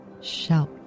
shout